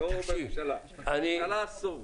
בממשלה אסור.